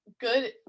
good